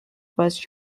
west